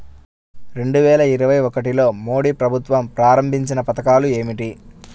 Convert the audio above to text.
రెండు వేల ఇరవై ఒకటిలో మోడీ ప్రభుత్వం ప్రారంభించిన పథకాలు ఏమిటీ?